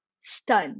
stunned